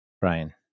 Brian